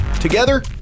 Together